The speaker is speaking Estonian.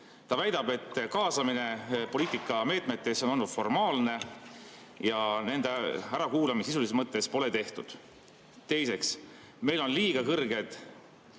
Ta väidab, et kaasamine poliitikameetmetesse on olnud formaalne ja nende ärakuulamist sisulises mõttes pole tehtud. Teiseks. Meil on liiga kõrged